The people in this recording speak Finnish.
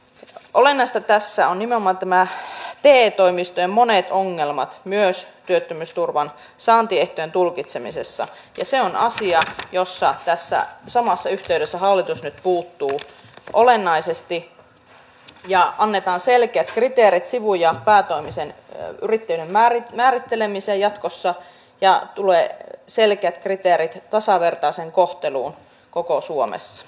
olennaista tässä ovat nimenomaan te toimistojen monet ongelmat myös työttömyysturvan saantiehtojen tulkitsemisessa ja se on asia johon tässä samassa yhteydessä hallitus nyt puuttuu olennaisesti ja annetaan selkeät kriteerit sivu ja päätoimisen yrittäjyyden määrittelemiseen jatkossa ja tulee selkeät kriteerit tasavertaiseen kohteluun koko suomessa